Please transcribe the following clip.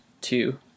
two